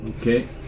Okay